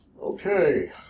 Okay